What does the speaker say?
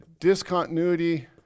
discontinuity